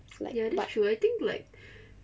like but